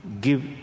give